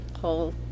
whole